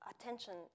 attention